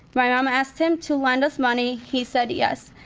my mom asked him to lend us money, he said yes.